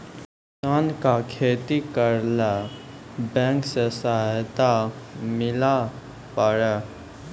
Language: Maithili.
किसान का खेती करेला बैंक से सहायता मिला पारा?